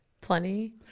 plenty